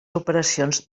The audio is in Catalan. operacions